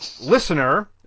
listener